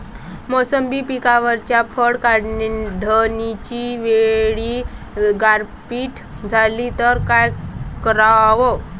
मोसंबी पिकावरच्या फळं काढनीच्या वेळी गारपीट झाली त काय कराव?